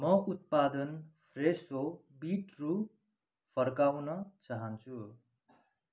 म उत्पादन फ्रेसो बिटरू फर्काउन चाहन्छु